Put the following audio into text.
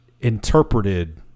interpreted